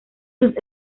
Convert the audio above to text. sus